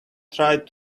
tried